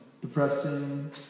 Depressing